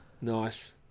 Nice